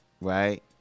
right